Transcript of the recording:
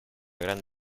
gran